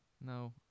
No